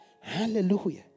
Hallelujah